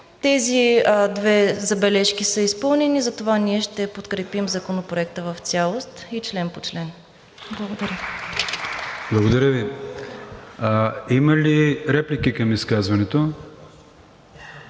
Тези две забележки са изпълнени, затова ние ще подкрепим Законопроекта в цялост и член по член. Благодаря. ПРЕДСЕДАТЕЛ АТАНАС АТАНАСОВ: Благодаря Ви. Има ли реплики към изказването?